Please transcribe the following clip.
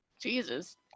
Jesus